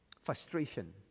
frustration